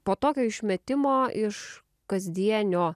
po tokio išmetimo iš kasdienio